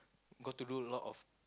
got to do a lot of